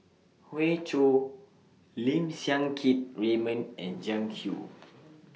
Hoey Choo Lim Siang Keat Raymond and Jiang Hu